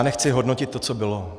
Nechci hodnotit to, co bylo.